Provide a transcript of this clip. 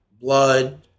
blood